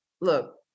look